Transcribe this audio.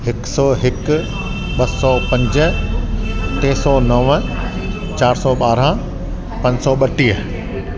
हिकु सौ हिकु ॿ सौ पंज टे सौ नव चारि सौ ॿारहं पंज सौ ॿटीह